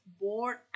bored